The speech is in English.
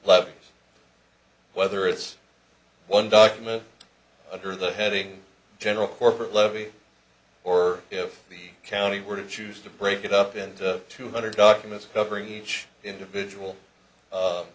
levees whether it's one document under the heading general corporate levy or if the county were to choose to break it up into two hundred documents covering each individual